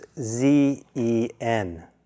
Z-E-N